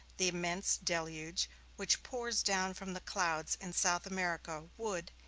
the immense deluge which pours down from the clouds in south america would,